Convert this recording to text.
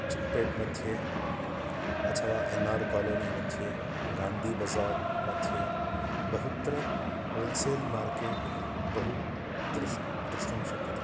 चिक्पेट् मध्ये अथवा N R colony मध्ये गान्धी बज़ार् मध्ये बहुत्र होल्सेल् मार्केट् बहु दृश् द्रष्टुं शक्यते